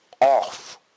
off